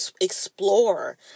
explore